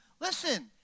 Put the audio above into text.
listen